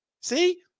See